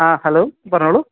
ആ ഹലോ പറഞ്ഞോളൂ